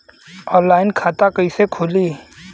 Online खाता कइसे खुली?